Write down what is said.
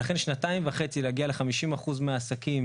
ולכן שנתיים וחצי להגיע ל-50% מהעסקים